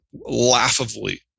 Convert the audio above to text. laughably